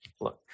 Look